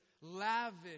Lavish